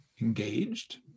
engaged